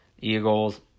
Eagles